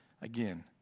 Again